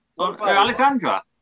Alexandra